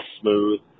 smooth